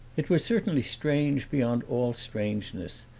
it was certainly strange beyond all strangeness,